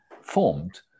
formed